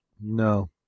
No